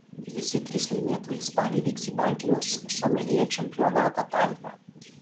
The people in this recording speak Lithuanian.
visi trys laimėtojai spalį vyks į baltijos someljė čempionatą taline